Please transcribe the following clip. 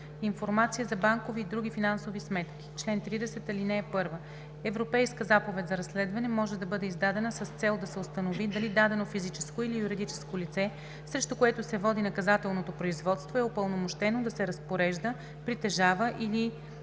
„Информация за банкови и други финансови сметки Чл. 30. (1) Европейска заповед за разследване може да бъде издадена с цел да се установи дали дадено физическо или юридическо лице, срещу което се води наказателното производство, е упълномощено да се разпорежда, притежава или